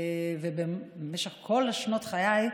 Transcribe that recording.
ובמשך כל שנות חיי,